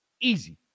Easy